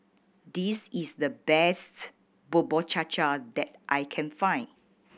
this is the best Bubur Cha Cha that I can find